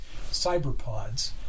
cyberpods